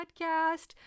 podcast